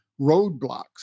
roadblocks